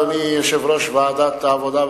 אדוני יושב-ראש ועדת העבודה,